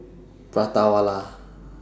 Prata Wala